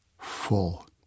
full